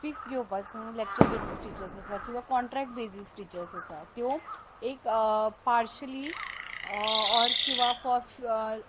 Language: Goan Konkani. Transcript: फिक्स घेवपाचो लॅक्चर बेजीस टिचर्स आसा किंवां कॉन्ट्रेक्ट बेजीस टिचर्स आसा त्यो एक पार्शली ऑर किंवा फॉर